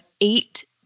eight